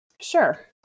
Sure